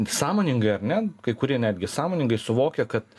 sąmoningai ar ne kai kurie netgi sąmoningai suvokia kad